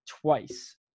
twice